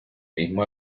mismo